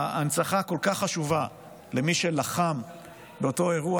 ההנצחה כל כך חשובה למי שלחם באותו אירוע,